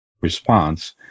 response